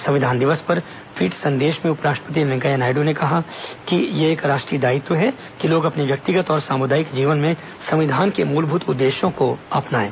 संविधान दिवस पर ट्वीट संदेश में उपराष्ट्रपति एम वेकैंया नायड् ने कहा है कि यह एक राष्ट्रीय दायित्व है कि लोग अपने व्यक्तिगत और सामुदायिक जीवन में संविधान के मूलभूत उद्देश्यों को अपनाएं